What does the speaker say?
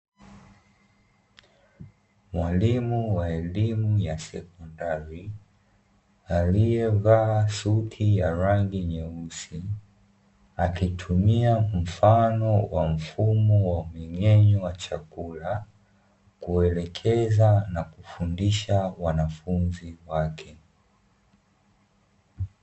Mwalimu wa elimu ya sekondari, aliyevaa suti ya rangi nyeusi, akitumia mfano wa mfumo wa mmeng'enyo wa chakula, kuelekeza na kufundisha wanafunzi wake.